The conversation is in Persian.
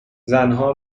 زنها